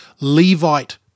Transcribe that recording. Levite